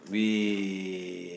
we